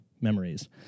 memories